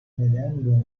neden